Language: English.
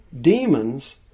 demons